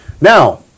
Now